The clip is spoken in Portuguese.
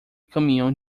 caminhão